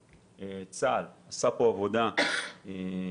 צה"ל עשה פה עבודה רצינית.